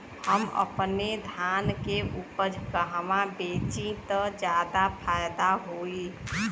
हम अपने धान के उपज कहवा बेंचि त ज्यादा फैदा होई?